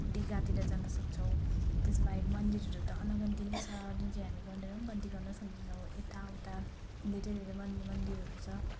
डिगातिर जान सक्छौँ त्यस बाहेक मन्दिरहरू त अनगन्ती नै छ जुन चाहिँ हामी गनेर गन्ती गर्न सक्दैनौँ यताउता दुइवटा दुइवटा मन् मन्दिरहरू छ